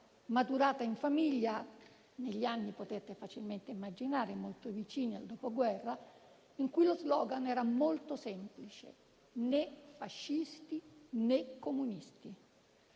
maturata in famiglia in anni, come potete facilmente immaginare, molto vicini al dopoguerra, in cui lo *slogan* era molto semplice: né fascisti né comunisti.